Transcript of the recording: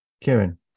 Karen